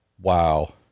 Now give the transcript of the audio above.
Wow